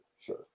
sure